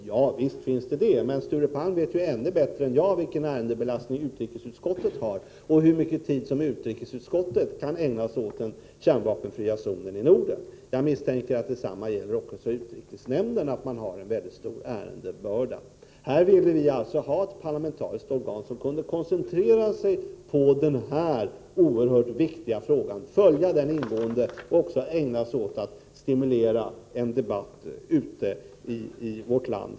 Ja, visst finns det det, men Sture Palm vet ännu bättre än jag hur stor ärendebelastning utrikesutskottet har och hur mycket tid utrikesutskottet kan ägna åt frågan om en kärnvapenfri zon i Norden. Jag misstänker att detsamma gäller för utrikesnämnden, dvs. att man där också har en stor ärendebörda. Vi vill ha ett parlamentariskt organ som kunde koncentrera sig på denna oerhört viktiga fråga, följa den ingående och även ägna sig åt att stimulera en debatt kring den ute i vårt land.